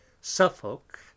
Suffolk